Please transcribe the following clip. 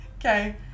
okay